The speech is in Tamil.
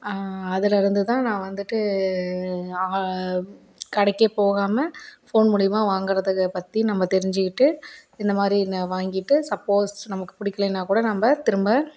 அதுலிருந்து தான் நான் வந்துட்டு கடைக்கே போகாமல் ஃபோன் மூலிமா வாங்கிறத பற்றி நம்ம தெரிஞ்சுக்கிட்டு இந்த மாதிரி நான் வாங்கிட்டு சப்போஸ் நமக்கு பிடிக்கலைனா கூட நம்ம திரும்ப